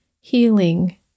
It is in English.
healing